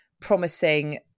promising